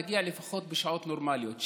שתגיע לפחות בשעות נורמליות,